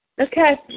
Okay